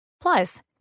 Plus